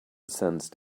sensed